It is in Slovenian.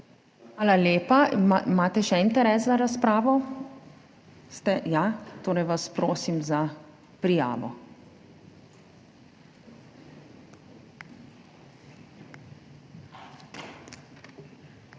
Hvala lepa. Imate še interes za razpravo? Ja. Torej vas prosim za prijavo. Prijavljenih